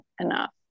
enough